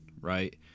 right